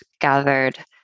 gathered